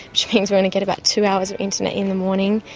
which means we only get about two hours of internet in the morning,